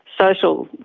social